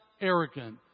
arrogant